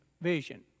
vision